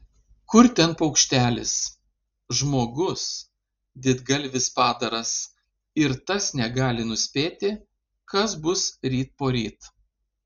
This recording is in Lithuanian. kur ten paukštelis žmogus didgalvis padaras ir tas negali nuspėti kas bus ryt poryt